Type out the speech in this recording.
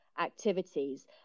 activities